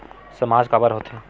सामाज काबर हो थे?